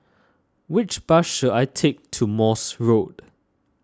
which bus should I take to Morse Road